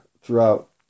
throughout